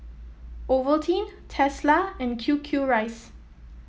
Ovaltine Tesla and Q Q rice